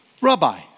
Rabbi